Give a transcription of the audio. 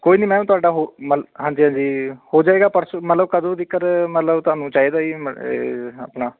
ਕੋਈ ਨੀ ਮੈਮ ਤੁਹਾਡਾ ਹੋ ਮਤਲਬ ਹਾਂਜੀ ਹਾਂਜੀ ਹੋ ਜਾਏਗਾ ਪਰਸੋਂ ਮਤਲਬ ਕਦੋਂ ਤੀਕਰ ਮਤਲਬ ਤੁਹਾਨੂੰ ਚਾਹੀਦਾ ਜੀ ਇਹ ਆਪਣਾ